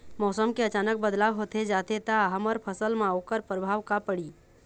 मौसम के अचानक बदलाव होथे जाथे ता हमर फसल मा ओकर परभाव का पढ़ी?